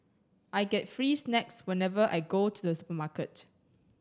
I get free snacks whenever I go to the supermarket